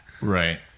Right